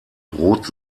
rot